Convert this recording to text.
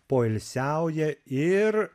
poilsiauja ir